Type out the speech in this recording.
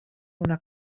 una